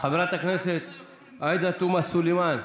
חברת הכנסת עאידה תומא סלימאן,